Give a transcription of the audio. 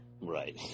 Right